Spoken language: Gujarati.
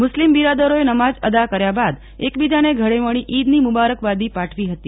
મુસ્લિમ બિરાદરોએ નમાજ અદા કર્યા બાદ એકબીજાને ગળે મળી ઇદની મુબારકબાદી પાઠવી હતી